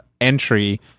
entry